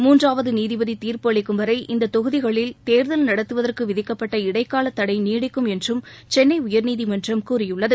மூன்றாவது நீதிபதி தீா்ப்பு அளிக்கும் வரை இந்த தொகுதிகளில் தேர்தல் நடத்துவதற்கு விதிக்கப்பட்ட இடைக்கால தடை நீடிக்கும் என்றும் சென்னை உயர்நீதிமன்றம் கூறியுள்ளது